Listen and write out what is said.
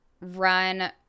run